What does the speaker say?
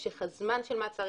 משך הזמן של המעצר,